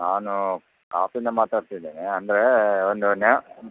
ನಾನು ಕಾಪುಯಿಂದ ಮಾತಾಡ್ತಿದ್ದೇನೆ ಅಂದರೆ ಒಂದು ನ್ಯ